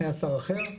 היה שר אחר,